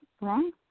wrong